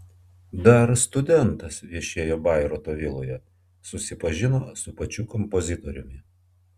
dar studentas viešėjo bairoito viloje susipažino su pačiu kompozitoriumi